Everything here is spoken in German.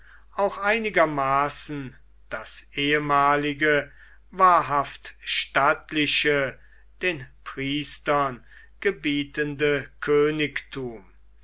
auch einigermaßen das ehemalige wahrhaft staatliche den priestern gebietende königtum